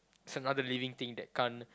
is another living thing that can't